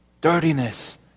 Dirtiness